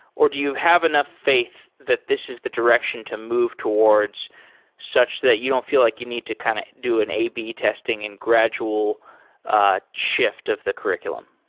or do you have enough faith that this is the direction to move towards such that you don't feel like you need to kind of do an ab testing and gradual ah shift of the curr iculum?